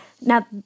Now